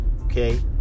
Okay